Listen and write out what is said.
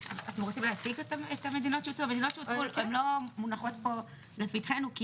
המדינות שהוצאו, הן לא מונחות פה לפתחינו.